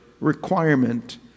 requirement